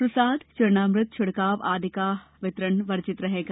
प्रसाद चरणामृत छिड़काव आदि का वितरण वर्जित रहेगा